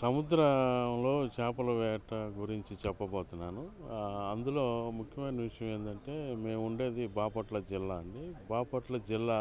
సముద్రంలో చాపలు వేట గురించి చెప్పబోతున్నాను అందులో ముఖ్యమైన విషయం ఏదంటే మేముండేది బాపట్ల జిల్లా అండి బాపట్ల జిల్లా